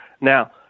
Now